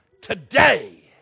today